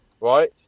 Right